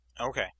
Okay